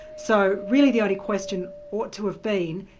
so really the only question ought to have been,